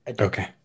Okay